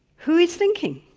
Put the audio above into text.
who is thinking?